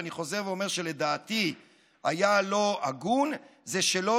ואני חוזר ואומר שלדעתי מה שהיה לא הגון זה שלא